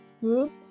groups